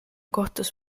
kohtus